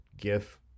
gif